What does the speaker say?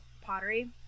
Pottery